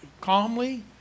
calmly